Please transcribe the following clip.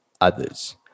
others